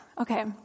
Okay